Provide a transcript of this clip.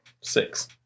six